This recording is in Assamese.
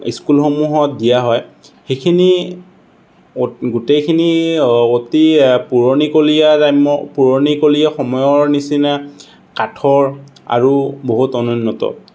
স্কুলসমূহত দিয়া হয় সেইখিনি গোটেইখিনি অতি পুৰণিকলীয়া গ্ৰাম্য পুৰণিকলীয়া সময়ৰ নিচিনা কাঠৰ আৰু বহুত অনুন্নত